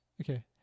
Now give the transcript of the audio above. Okay